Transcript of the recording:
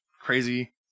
crazy